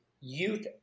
youth